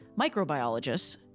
microbiologists